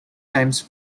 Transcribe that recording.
times